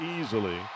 easily